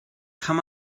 kann